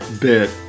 bit